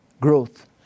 growth